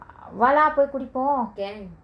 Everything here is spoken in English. now ah can